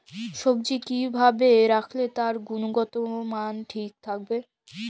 সবজি কি ভাবে রাখলে তার গুনগতমান ঠিক থাকবে?